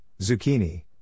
Zucchini